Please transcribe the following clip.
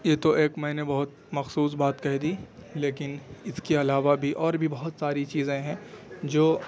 یہ تو ایک میں نے بہت مخصوص بات کہہ دی لیکن اس کے علاوہ بھی اور بھی بہت ساری چیزیں ہیں جو